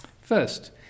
First